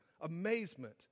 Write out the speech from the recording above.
amazement